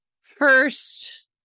first